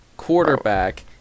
quarterback